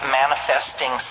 manifesting